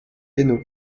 hainaut